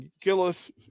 Gillis